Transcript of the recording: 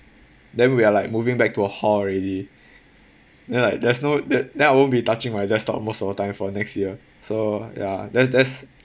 then we are like moving back to a hall already then like there's no then I won't be touching my desktop most of the time for next year so ya tha~ that's